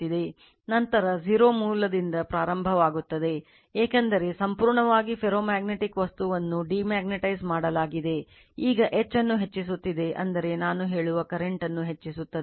ನಂತರ 0 ಮೂಲದಿಂದ ಪ್ರಾರಂಭವಾಗುತ್ತದೆ ಏಕೆಂದರೆ ಸಂಪೂರ್ಣವಾಗಿ ಫೆರೋಮ್ಯಾಗ್ನೆಟಿಕ್ ವಸ್ತುವನ್ನು ಡಿಮ್ಯಾಗ್ನೆಟೈಜ್ ಮಾಡಲಾಗಿದೆ ಈಗ H ಅನ್ನು ಹೆಚ್ಚಿಸುತ್ತಿವೆ ಅಂದರೆ ನಾನು ಹೇಳುವ ಕರೆಂಟ್ ಅನ್ನು ಹೆಚ್ಚಿಸುತ್ತದೆ